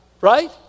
right